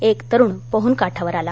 एक तरुण पोहून काठावर आला